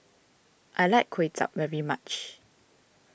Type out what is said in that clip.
I like Kway Chap very much